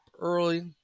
early